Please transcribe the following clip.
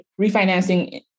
refinancing